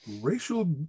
racial